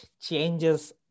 changes